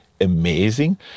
Amazing